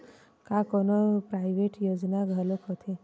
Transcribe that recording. का कोनो प्राइवेट योजना घलोक होथे?